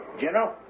General